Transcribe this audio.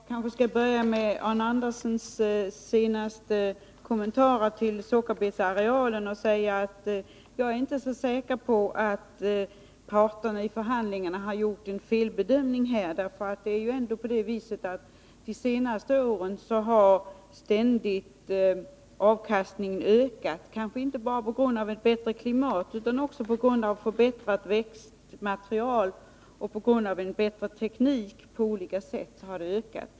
Herr talman! Jag kanske skall börja med Arne Anderssons i Ljung senaste kommentarer till sockerbetsarealen. Jag är inte så säker på att parterna i förhandlingarna har gjort en felbedömning. Det är ändå på det sättet att avkastningen ständigt har ökat under de senaste åren, kanske inte bara på grund av goda klimatiska förhållanden utan också på grund av förbättrat växtmaterial och en på olika sätt förbättrad teknik.